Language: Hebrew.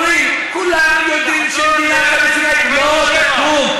אומרים: כולם יודעים שמדינה פלסטינית לא תקום,